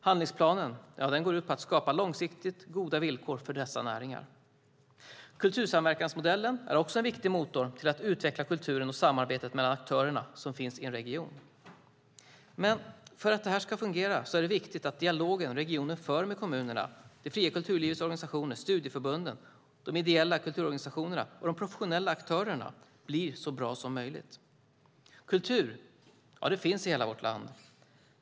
Handlingsplanen går ut på att skapa långsiktigt goda villkor för dessa näringar. Kultursamverkansmodellen är också en viktig motor för att utveckla kulturen och samarbetet mellan aktörerna som finns i en region. Men för att detta ska fungera är det viktigt att den dialog som regionen för med kommunerna, det fria kulturlivets organisationer, studieförbunden, de ideella kulturorganisationerna och de professionella aktörerna blir så bra som möjligt. Kultur finns i hela vårt land.